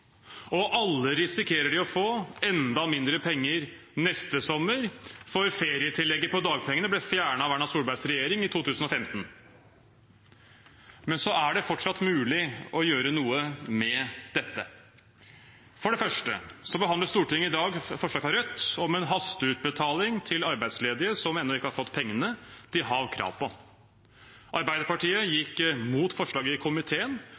Alle risikerer de å få enda mindre penger neste sommer, for ferietillegget på dagpengene ble fjernet av Erna Solbergs regjering i 2015. Men så er det fortsatt mulig å gjør noe med dette. For det første behandler Stortinget i dag et forslag fra Rødt om en hasteutbetaling til arbeidsledige som ennå ikke har fått pengene de har krav på. Arbeiderpartiet gikk mot forslaget i komiteen,